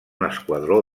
esquadró